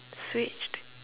switched